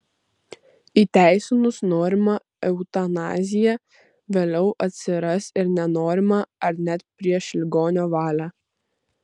įteisinus norimą eutanaziją vėliau atsiras ir nenorima ar net prieš ligonio valią